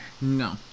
No